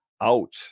out